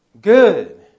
Good